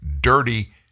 dirty